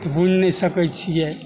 बुन नहि सकैत छियै